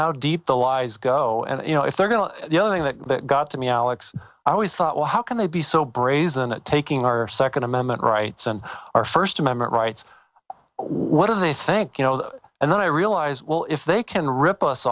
how deep the lies go and you know if they're going to the other thing that got to me alex i always thought well how can they be so brazen a taking our second amendment rights and our first amendment rights what are they thank you know and then i realized well if they can rip us